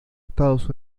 estados